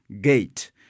gate